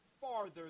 farther